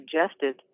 suggested